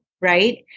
right